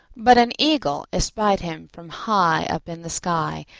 but an eagle espied him from high up in the sky,